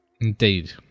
indeed